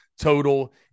total